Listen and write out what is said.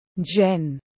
Jen